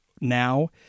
now